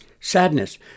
sadness